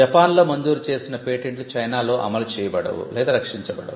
జపాన్లో మంజూరు చేసిన పేటెంట్లు చైనాలో అమలు చేయబడవు లేదా రక్షించబడవు